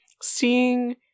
seeing